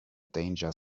danger